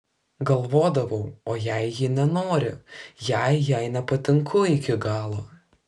galvodavau o jei ji nenori jei jai nepatinku iki galo